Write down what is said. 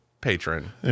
patron